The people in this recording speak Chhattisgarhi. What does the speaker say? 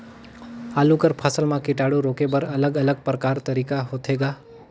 आलू कर फसल म कीटाणु रोके बर अलग अलग प्रकार तरीका होथे ग?